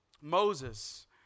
Moses